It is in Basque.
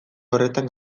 horretan